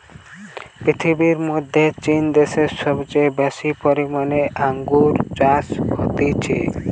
পৃথিবীর মধ্যে চীন দ্যাশে সবচেয়ে বেশি পরিমানে আঙ্গুর চাষ হতিছে